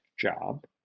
job